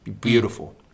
beautiful